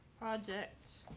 project.